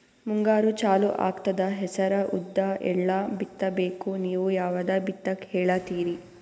ಮುಂಗಾರು ಚಾಲು ಆಗ್ತದ ಹೆಸರ, ಉದ್ದ, ಎಳ್ಳ ಬಿತ್ತ ಬೇಕು ನೀವು ಯಾವದ ಬಿತ್ತಕ್ ಹೇಳತ್ತೀರಿ?